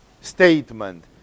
statement